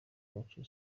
wacu